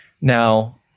Now